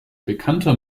bekannter